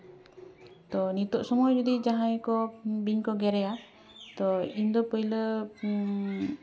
ᱛᱚ ᱱᱤᱛᱳᱜ ᱥᱚᱢᱚᱭ ᱡᱩᱫᱤ ᱡᱟᱦᱟᱸᱭ ᱠᱚ ᱵᱤᱧ ᱠᱚ ᱜᱮᱨᱮᱭᱟ ᱛᱚ ᱤᱧᱫᱚ ᱯᱳᱭᱞᱳ